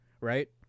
right